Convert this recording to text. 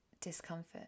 discomfort